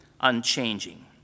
unchanging